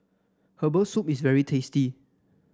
Herbal Soup is very tasty